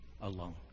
alone